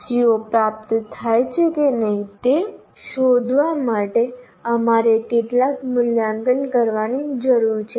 CO પ્રાપ્ત થાય છે કે નહીં તે શોધવા માટે અમારે કેટલાક મૂલ્યાંકન કરવાની જરૂર છે